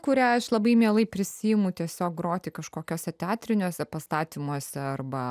kurią aš labai mielai prisiimu tiesiog groti kažkokiuose teatriniuose pastatymuose arba